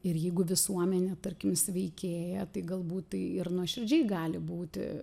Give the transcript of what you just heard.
ir jeigu visuomenė tarkim sveikėja tai galbūt tai ir nuoširdžiai gali būti